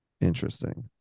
Interesting